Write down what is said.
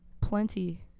plenty